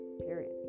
Period